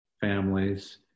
families